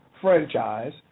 franchise